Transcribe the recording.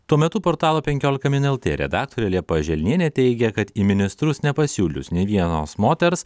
tuo metu portalo penkiolika min lt redaktorė liepa želnienė teigia kad į ministrus nepasiūlius nei vienos moters